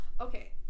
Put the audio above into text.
Okay